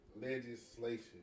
legislation